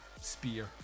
spear